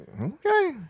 Okay